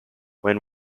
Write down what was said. when